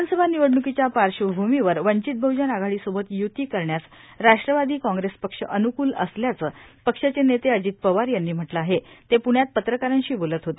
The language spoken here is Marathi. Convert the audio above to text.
विधानसभा निवडण्कीच्या पार्श्वभूमीवर वंचित बहजन आघाडीसोबत य्ती करण्यास राष्ट्रवादी काँग्रेस पक्ष अनुकूल असल्याचं पक्षाचे नेते अजित पवार यांनी म्हटलं आहे ते पुण्यात पत्रकारांशी बोलत होते